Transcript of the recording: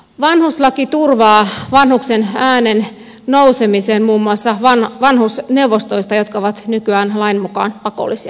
vanhuslaki turvaa vanhuksen äänen nousemisen muun muassa vanhusneuvostoista jotka ovat nykyään lain mukaan pakollisia